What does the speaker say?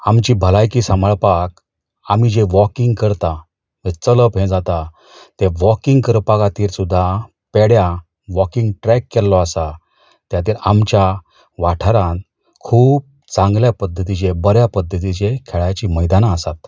आमची भलायकी साबांळपाक आमी जे वॉकिंग करता चलप हे जाता तें वॉकिंग करपा खातीर सुदा पेड्या वॉकिंग ट्रेक केल्लो आसा त्या खातीर आमच्या वाठारांत खूब चांगल्या पद्दतीचे बऱ्या पद्दतीचे खेळाचींं मैदानां आसात